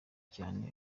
cyane